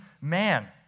man